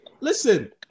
Listen